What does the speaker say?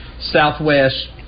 southwest